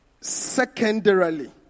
Secondarily